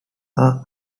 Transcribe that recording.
are